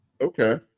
Okay